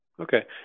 Okay